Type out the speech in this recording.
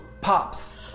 pops